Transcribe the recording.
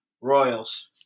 Royals